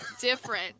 Different